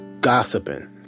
gossiping